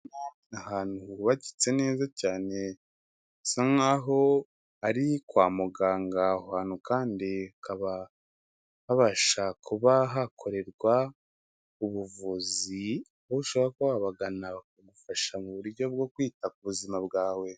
Ahantu hubakitse neza cyane hasa nkaho ari kwa muganga hantu kandi hakaba habasha kuba hakorerwa ubuvuzi warushaho kubagana bakagufasha mu buryo bwo kwita ku buzima bwawe.